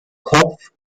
kopf